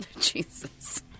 Jesus